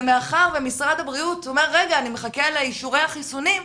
מאחר שמשרד הבריאות אומר שהוא מחכה לאישורי החיסונים,